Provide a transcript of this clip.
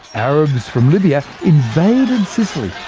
arabs from libya invaded sicily